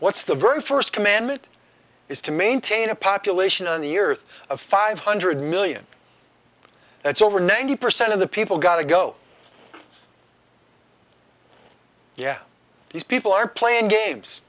what's the very first commandment is to maintain a population on the earth of five hundred million that's over ninety percent of the people got to go yeah these people are playing games